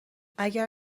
اگر